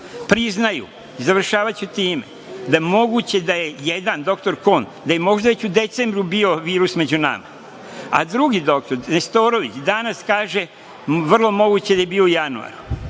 priznaju, završavaću time, da je moguće da je jedan doktor Kon, da je već u decembru bio virus među nama, a drugi doktor Nestorović danas kaže, vrlo moguće da je bio u januaru,